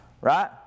right